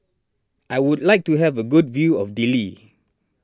I would like to have a good view of Dili